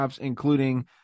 including